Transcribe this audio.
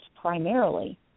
primarily